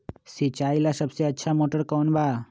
सिंचाई ला सबसे अच्छा मोटर कौन बा?